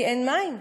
כי אין מים,